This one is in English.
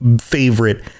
favorite